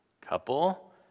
couple